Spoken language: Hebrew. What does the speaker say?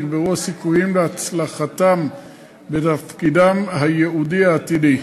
יגברו הסיכויים להצלחתם בתפקידם הייעודי העתידי.